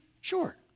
Sure